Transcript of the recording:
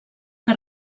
que